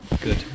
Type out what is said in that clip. good